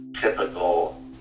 typical